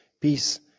peace